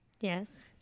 Yes